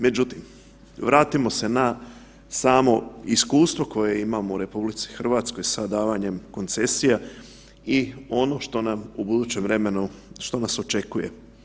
Međutim, vratimo se na samo iskustvo koje imamo u RH sa davanjem koncesija i ono što nam u budućem vremenu što nas očekuje.